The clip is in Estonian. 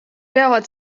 peavad